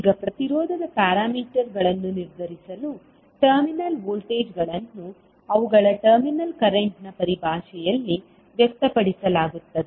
ಈಗ ಪ್ರತಿರೋಧದ ಪ್ಯಾರಾಮೀಟರ್ಗಳನ್ನು ನಿರ್ಧರಿಸಲು ಟರ್ಮಿನಲ್ ವೋಲ್ಟೇಜ್ಗಳನ್ನು ಅವುಗಳ ಟರ್ಮಿನಲ್ ಕರೆಂಟ್ನ ಪರಿಭಾಷೆಯಲ್ಲಿ ವ್ಯಕ್ತಪಡಿಸಲಾಗುತ್ತದೆ